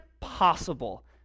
possible